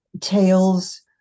tales